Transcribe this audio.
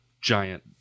giant